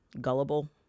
gullible